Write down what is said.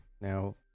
Now